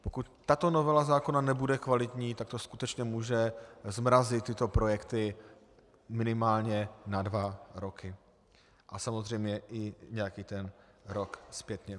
Pokud tato novela zákona nebude kvalitní, tak to skutečně může zmrazit tyto projekty minimálně na dva roky a samozřejmě i nějaký ten rok zpětně.